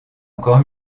encore